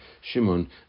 Shimon